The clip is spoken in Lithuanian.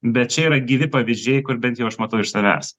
bet čia yra gyvi pavyzdžiai kur bent jau aš matau iš savęs